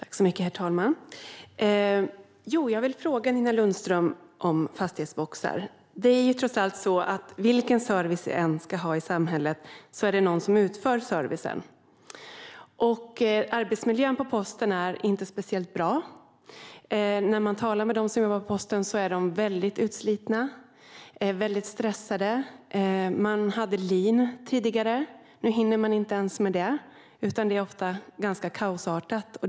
Herr talman! Jag vill fråga Nina Lundström om fastighetsboxar. Vilken service vi än ska ha i samhället är det ju någon som ska utföra den. Arbetsmiljön på posten är inte speciellt bra. När man talar med dem som jobbar på posten får man veta att de är väldigt utslitna och stressade. Tidigare hade de lean. Men nu hinner de inte ens med det, utan det är ofta ganska kaosartat.